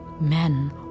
Men